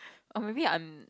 or maybe I'm